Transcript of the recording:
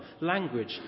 language